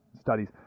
studies